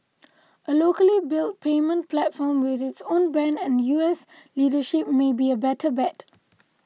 a locally built payments platform with its own brand and U S leadership may be a better bet